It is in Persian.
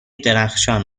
درخشان